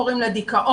קוראים לה דיכאון,